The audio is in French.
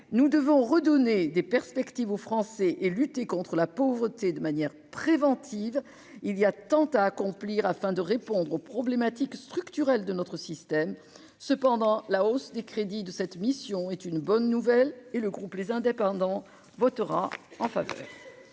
nous devons redonner des perspectives aux Français et lutter contre la pauvreté, de manière préventive, il y a tant à accomplir afin de répondre aux problématiques structurelles de notre système, cependant, la hausse des crédits de cette mission est une bonne nouvelle et le groupe les indépendants votera en faveur.